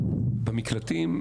במקלטים,